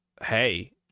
Hey